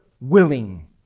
willing